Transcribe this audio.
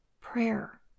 Prayer